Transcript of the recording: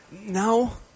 No